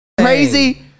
crazy